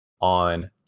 on